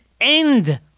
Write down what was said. end